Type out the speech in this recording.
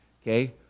Okay